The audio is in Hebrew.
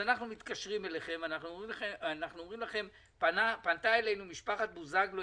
אנחנו מתקשרים אליכם ואנחנו אומרים לכם: פנתה אלינו משפחת בוזגלו,